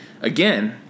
again